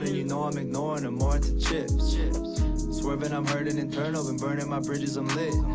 you know, i'm ignore no more the chips swerving. i'm hurting and turnover and burning my bridges. i'm late